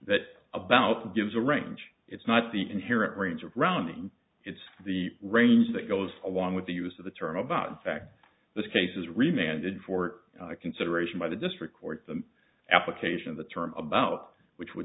that about gives a range it's not the inherent range of rounding it's the range that goes along with the use of the term about in fact this case is remanded for consideration by the district court the application of the term about which would